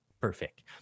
perfect